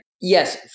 Yes